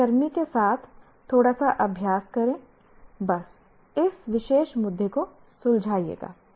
एक सहकर्मी के साथ थोड़ा सा अभ्यास बस इस विशेष मुद्दे को सुलझाएगा